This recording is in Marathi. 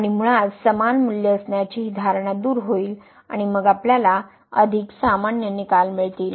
आणि मुळात समान मूल्ये असण्याची ही धारणा दूर होईल आणि मग आपल्याला अधिक सामान्य निकाल मिळतील